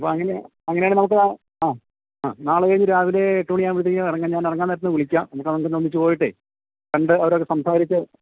അപ്പോള് അങ്ങനെയാണ് അങ്ങനെയാണെങ്കില് നമുക്ക് ആ ആ നാളെ കഴിഞ്ഞ് രാവിലെ എട്ടു മണിയാവുമ്പോഴത്തേക്കും ഇറങ്ങാം ഞാൻ ഇറങ്ങാൻ നേരത്തു വിളിക്കാം നമുക്കതൊന്ന് ഒന്നിച്ചു പോയിട്ടേ കണ്ട് അവരോടു സംസാരിച്ച്